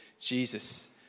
Jesus